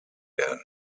werden